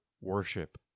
worship